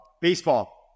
baseball